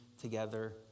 together